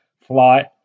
flight